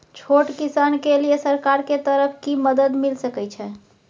छोट किसान के लिए सरकार के तरफ कि मदद मिल सके छै?